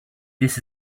this